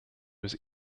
was